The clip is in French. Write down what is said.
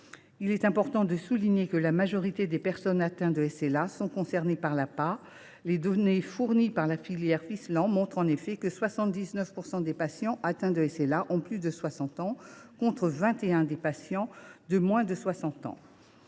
Il est important de souligner que la majorité des personnes atteintes de SLA sont concernées par l’APA. Les données fournies par la FilSLAN montrent en effet que 79 % des patients atteints de SLA ont plus de 60 ans, 21 % ayant moins de 60 ans.